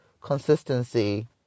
consistency